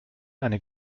eine